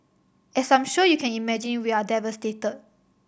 as I'm sure you can imagine we are devastated